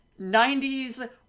90s-